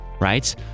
Right